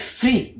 free